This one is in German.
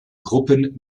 gruppen